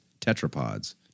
tetrapods